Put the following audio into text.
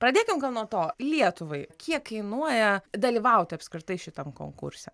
pradėkime gal nuo to nuo to lietuvai kiek kainuoja dalyvauti apskritai šitam konkurse